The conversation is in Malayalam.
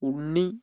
ഉണ്ണി